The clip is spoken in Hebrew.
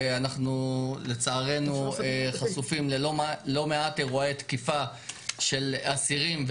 אנחנו לצערנו חשופים ללא מעט אירועי תקיפה של אסירים,